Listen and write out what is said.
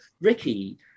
Ricky